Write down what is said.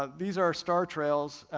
ah these are star trails,